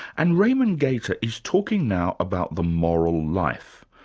and raimond gaita is talking now about the moral life.